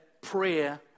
prayer